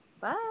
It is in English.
Bye